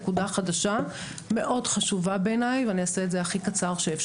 נקודה חדשה מאוד חשובה בעיניי ואני אעשה את זה בקצרה.